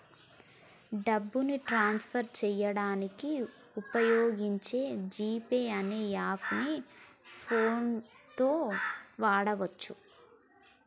డబ్బుని transfer చేయడానికి వుపయోగించే జీ పే అనే యాప్పుని సెల్ ఫోన్ తో వాడచ్చు